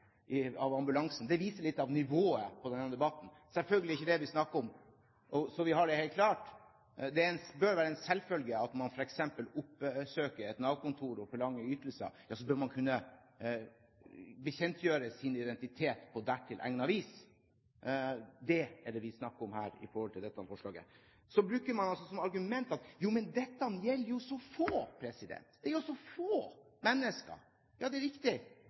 hjelp av ambulansen. Det viser litt av nivået på denne debatten. Selvfølgelig er det ikke det vi snakker om. For å ha det helt klart: Det burde være en selvfølge at når man f.eks. oppsøker et Nav-kontor og forlanger ytelser, bør man kunne bekjentgjøre sin identitet på dertil egnet vis. Det er det vi snakker om her i dette forslaget. Så bruker man som argument at dette gjelder så få mennesker. Ja, det er riktig.